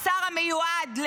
השר המיועד,